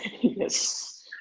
Yes